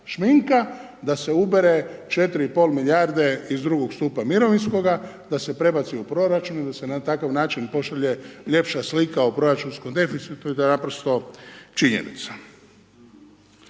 šminka da se ubere 4,5 milijarde iz drugog stupnja mirovinskoga, da se prebaci u proračun i da se na takav način pošalje ljepša slika o proračunskom deficitu, i to je naprosto činjenica.